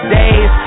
days